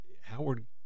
Howard